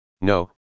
No